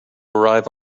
arrive